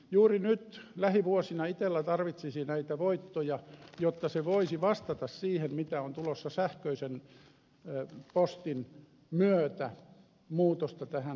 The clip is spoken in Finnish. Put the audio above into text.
juuri nyt lähivuosina itella tarvitsisi näitä voittoja jotta se voisi vastata siihen mitä on tulossa sähköisen postin myötä muutosta tähän kenttään